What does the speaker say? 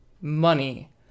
money